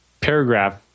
paragraph